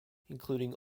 including